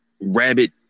rabbit